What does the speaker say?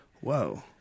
whoa